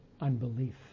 unbelief